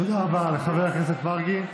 תודה רבה לחבר הכנסת מרגי.